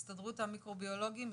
הסתדרות המיקרוביולוגים,